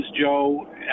Joe